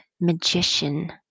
magician